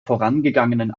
vorangegangenen